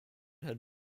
had